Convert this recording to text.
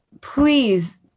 Please